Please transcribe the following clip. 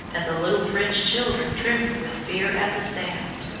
and the little french children trembled with fear at the sound.